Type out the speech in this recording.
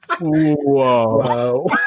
Whoa